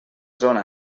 zona